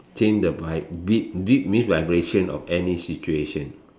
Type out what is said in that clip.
change the vibe beat beat means vibration of any situation